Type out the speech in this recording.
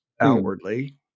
outwardly